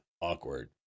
awkward